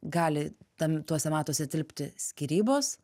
gali tam tuose metose tilpti skyrybos